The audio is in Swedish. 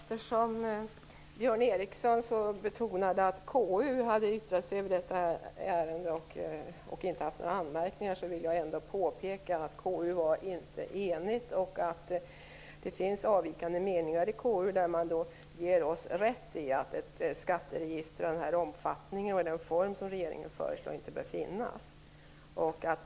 Herr talman! Björn Ericson betonade att KU yttrat sig över ärendet och inte haft några anmärkningar. Men jag vill påpeka att KU inte var enigt och att det finns avvikande meningar i KU där man ger oss rätt i att ett skatteregister av denna omfattning och i den form som regeringen föreslår inte bör finnas.